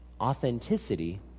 Authenticity